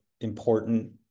important